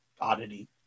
oddity